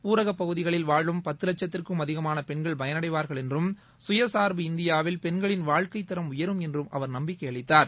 ஊரகப் பகுதிகளில் வாழும் பத்து வட்சத்திற்கும் அதிகமான பெண்கள் பயனடைவார்கள் என்றும் சுயசார்பு இந்தியாவில் பெண்களின் வாழ்க்கைத் தரம் உயரும் என்றும் அவர் நம்பிக்கை அளித்தார்